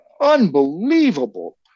unbelievable